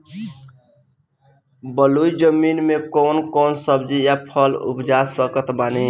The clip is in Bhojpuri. बलुई जमीन मे कौन कौन सब्जी या फल उपजा सकत बानी?